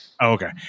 Okay